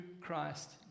Christ